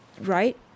right